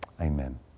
Amen